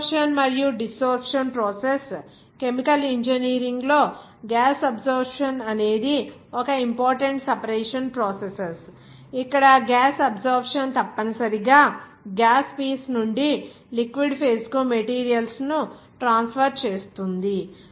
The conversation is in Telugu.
అబ్సోర్ప్షన్ మరియు డిసోర్ప్షన్ ప్రాసెస్ కెమికల్ ఇంజనీరింగ్లో గ్యాస్ అబ్సోర్ప్షన్ అనేది ఒక ఇంపార్టెంట్ సెపరేషన్ ప్రాసెసస్ ఇక్కడ గ్యాస్ అబ్సోర్ప్షన్ తప్పనిసరిగా గ్యాస్ పీస్ నుండి లిక్విడ్ ఫేజ్ కు మెటీరియల్స్ ను ట్రాన్స్ఫర్ చేస్తుంది